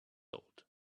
old